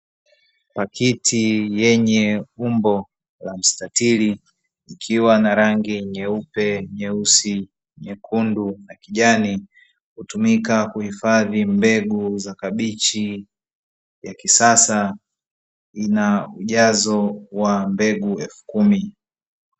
Pakiti yenye umbo la mstatili ikiwa na rangi nyeupe, nyeusi, nyekundu na kijani hutumika kuhifadhia mbegu za kabichi za kisasa, lina ujazo wa mbegu elfu kumi.